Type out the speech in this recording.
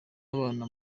abana